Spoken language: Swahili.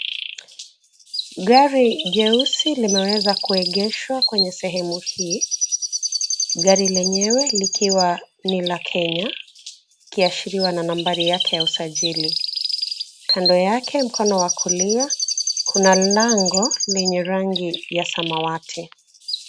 Gari jeusi limeweza kuegeshwa kwenye sehemu hii. Gari lenyewe likiwa ni la Kenya ikiashiriwa na nambari yake ya usajili. Kando yake mkono wa kulia, kuna lango lenye rangi ya samawati.